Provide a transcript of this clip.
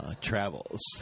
Travels